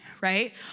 right